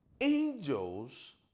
angels